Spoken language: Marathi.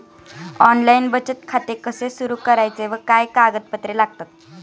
ऑनलाइन बचत खाते कसे सुरू करायचे व काय कागदपत्रे लागतात?